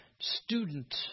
student